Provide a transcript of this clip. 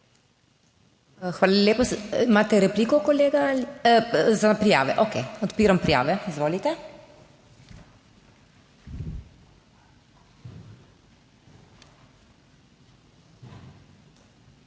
Hvala lepa. Imate repliko kolega? Za prijave? Okej, odpiram prijave. Izvolite. Najprej